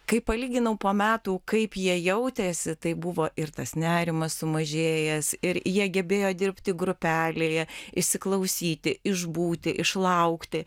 kai palyginau po metų kaip jie jautėsi tai buvo ir tas nerimas sumažėjęs ir jie gebėjo dirbti grupelėje įsiklausyti išbūti išlaukti